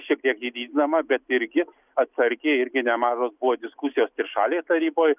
šiek tiek ji didinama bet irgi atsargiai irgi nemažos buvo diskusijos trišalėj taryboj